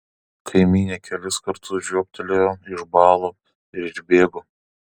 kaimynė kelis kartus žiobtelėjo išbalo ir išbėgo